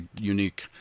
unique